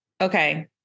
okay